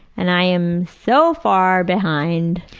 and i am so far behind'.